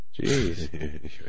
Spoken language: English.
jeez